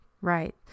Right